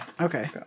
Okay